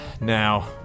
now